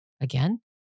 Again